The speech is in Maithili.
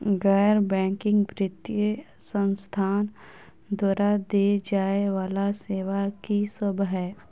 गैर बैंकिंग वित्तीय संस्थान द्वारा देय जाए वला सेवा की सब है?